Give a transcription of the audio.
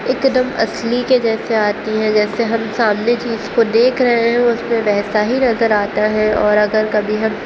ایک دم اصلی کے جیسے آتی ہیں جیسے ہم سامنے چیز کو دیکھ رہے ہیں اس میں ویسا ہی نظر آتا ہے اور اگر کبھی ہم